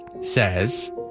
says